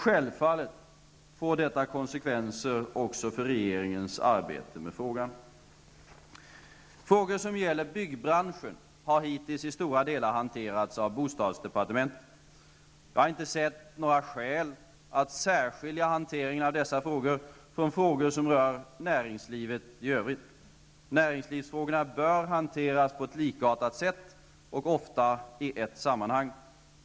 Självfallet får detta konsekvenser också för regeringens arbete med frågan. Frågor som gäller byggbranschen har hittills i stora delar hanterats av bostadsdepartementet. Jag har inte sett några skäl att särskilja hanteringen av dessa frågor från frågor som rör näringslivet i övrigt. Näringslivsfrågorna bör hanteras på likartat sätt och ofta i ett sammanhang.